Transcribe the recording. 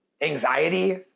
anxiety